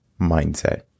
Mindset